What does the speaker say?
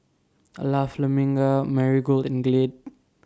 La Famiglia Marigold and Glade